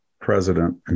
president